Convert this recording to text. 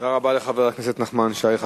תודה רבה לחבר הכנסת נחמן שי.